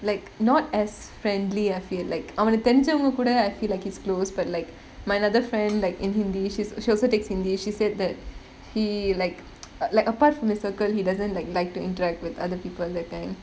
like not as friendly I feel like அவன தெரிஞ்சவங்க கூட:avana thrinjavanga kooda I feel like he's close but like my another friend like in hindi she's~ she also takes hindi she said that he like like apart from the circle he doesn't like like to interact with other people that kind